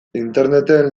interneten